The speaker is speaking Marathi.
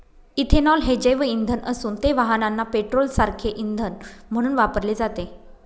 इथेनॉल हे जैवइंधन असून ते वाहनांना पेट्रोलसारखे इंधन म्हणून वापरले जाते